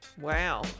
Wow